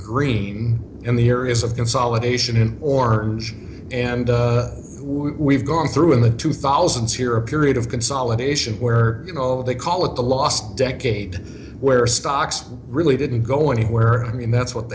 green in the here is of consolidation in order and we've gone through in the two thousands here a period of consolidation where you know they call it the last decade where stocks really didn't go anywhere i mean that's what